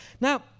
Now